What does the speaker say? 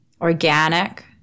organic